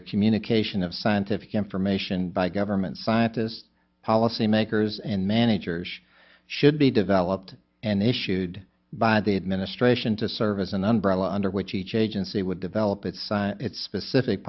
the communication of scientific information by government scientists policymakers and managers should be developed and issued by the administration to serve as an umbrella under which each agency would develop its its specific